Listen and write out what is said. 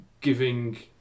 giving